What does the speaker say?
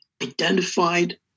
identified